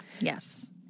Yes